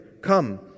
come